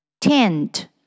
Tent